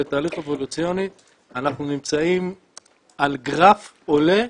בתהליך אבולוציוני אנחנו נמצאים על גרף עולה